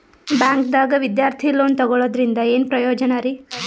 ಬ್ಯಾಂಕ್ದಾಗ ವಿದ್ಯಾರ್ಥಿ ಲೋನ್ ತೊಗೊಳದ್ರಿಂದ ಏನ್ ಪ್ರಯೋಜನ ರಿ?